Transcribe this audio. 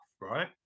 right